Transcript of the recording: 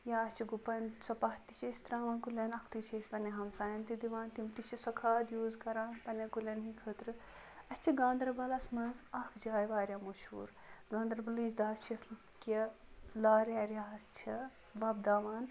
یا چھِ گُپن سۄ پاہہ تہِ چھِ أسۍ تراوان کُلین اکھ تُے چھِ أسۍ پَنٕنٮ۪ن ہمساین تہِ دِوان تِم تہِ چھےٚ سۄ کھاد یوٗز کران پَنٕنٮ۪ن کُلین ہِندۍ خٲطرٕ اَسہِ چھِ گاندربلس منٛز اکھ جاے واریاہ مَشہوٗر گندربَلٕچ دچھ چھِ کہِ لارِ ایریا ہَس چھِ وۄپداوان